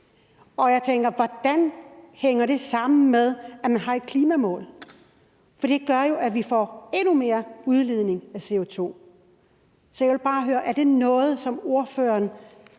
Jeg tænker på, hvordan det hænger sammen med, at man har et klimamål. For det gør jo, at vi får endnu mere udledning af CO2. Så jeg vil bare høre, om det er noget, ordføreren